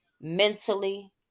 mentally